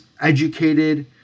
educated